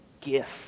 gift